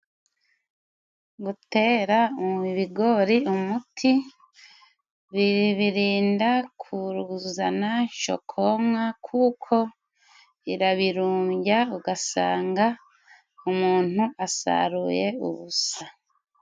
Gutera mu ibigori umuti bibirinda kuzana shokomwa kuko irabirumbya ugasanga umuntu asaruye ubusa.